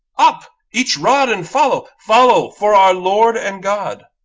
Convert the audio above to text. up, each rod and follow, follow, for our lord and god!